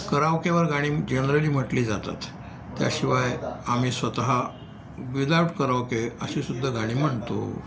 कराओकेवर गाणी जनरली म्हटली जातात त्याशिवाय आम्ही स्वतः विदाउट कराओके अशी सुद्धा गाणी म्हणतो